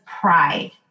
pride